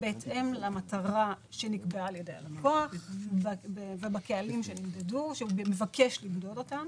בהתאם למטרה שנקבעה על-ידי הלקוח ובקהלים שהוא מבקש למדוד אותם.